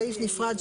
בסעיף נפרד,